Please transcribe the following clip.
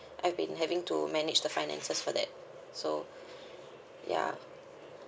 I've been having to manage the finances for that so ya